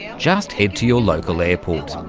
just head to your local airport. ah